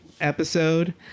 episode